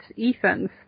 Ethan's